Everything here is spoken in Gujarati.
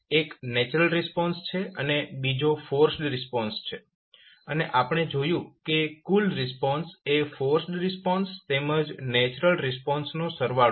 એક નેચરલ રિસ્પોન્સ છે અને બીજો ફોર્સ્ડ રિસ્પોન્સ છે અને આપણે જોયું કે કુલ રિસ્પોન્સ એ ફોર્સ્ડ રિસ્પોન્સ તેમજ નેચરલ રિસ્પોન્સનો સરવાળો છે